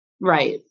Right